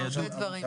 הרבה דברים.